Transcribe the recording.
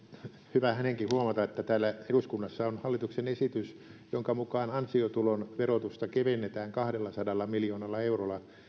hyvä hänenkin huomata että täällä eduskunnassa on hallituksen esitys jonka mukaan ansiotulon verotusta kevennetään kahdellasadalla miljoonalla eurolla